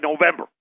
November